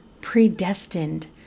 predestined